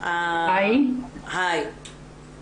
אני מבקשת